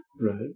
Right